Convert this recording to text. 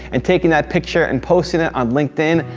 and taking that picture, and posting it on linkedin.